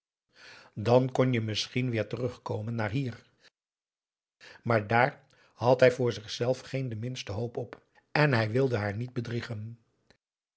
dan kon je misschien weer terugkomen naar hier maar daar had hij voor zichzelf geen de minste hoop op en hij wilde haar niet bedriegen